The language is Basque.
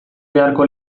beharko